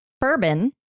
bourbon